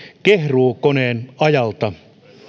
kehruukoneajalta